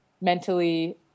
mentally